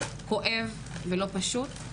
כואב ולא פשוט,